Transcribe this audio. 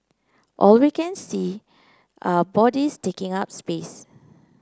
all we can see are bodies taking up space